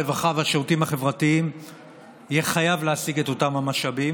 הרווחה והשירותים החברתיים יהיה חייב להשיג את אותם המשאבים